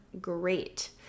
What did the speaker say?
great